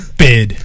bid